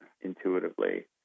intuitively